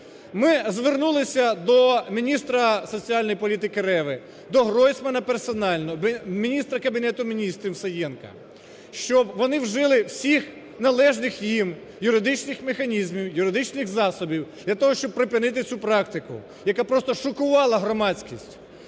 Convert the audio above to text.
Ми звернулись до міністра соціальної політики Реви, до Гройсмана персонально, до міністра Кабінету Міністрів Саєнка, щоб вони вжили всіх належних їм юридичних механізмів, юридичних засобів для того, щоб припинити цю практику, яка просто шокувала громадськість.